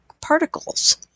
particles